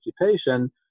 occupation